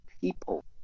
people